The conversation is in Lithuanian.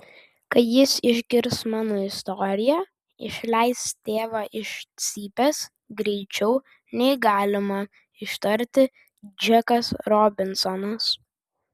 kai jis išgirs mano istoriją išleis tėvą iš cypės greičiau nei galima ištarti džekas robinsonas